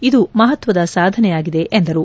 ಇದು ಮಹತ್ತದ ಸಾಧನೆಯಾಗಿದೆ ಎಂದರು